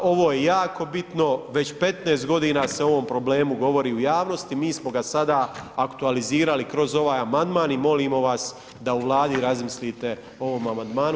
Ovo je jako bitno već 15 godina se o ovom problemu govori o javnosti, mi smo ga sada aktualizirali kroz ovaj amandman i molimo vas da u Vladi razmislite o ovom amandmanu.